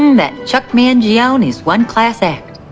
that chuck mangione's one class act.